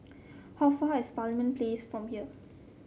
how far is Parliament Place from here